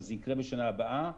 וזה יקרה בשנה הבאה,